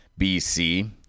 BC